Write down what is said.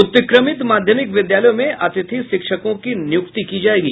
उत्क्रमित माध्यमिक विद्यालयों में अतिथि शिक्षकों की नियुक्ति की जायेगी